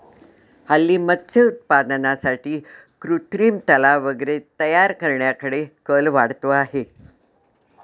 हल्ली मत्स्य उत्पादनासाठी कृत्रिम तलाव वगैरे तयार करण्याकडे कल वाढतो आहे